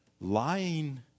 lying